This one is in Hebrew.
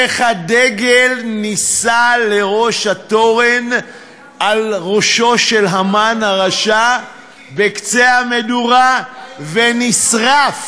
איך הדגל נישא לראש התורן על ראשו של המן הרשע בקצה המדורה ונשרף,